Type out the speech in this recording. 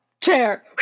chair